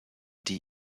die